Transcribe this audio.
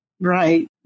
right